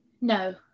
No